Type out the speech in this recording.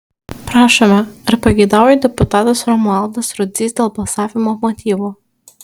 prašome ar pageidauja deputatas romualdas rudzys dėl balsavimo motyvų